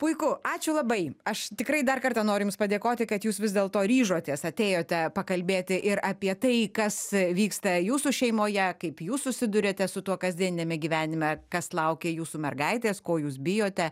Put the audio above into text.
puiku ačiū labai aš tikrai dar kartą noriu jums padėkoti kad jūs vis dėlto ryžotės atėjote pakalbėti ir apie tai kas vyksta jūsų šeimoje kaip jūs susiduriate su tuo kasdieniame gyvenime kas laukia jūsų mergaitės ko jūs bijote